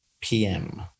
PM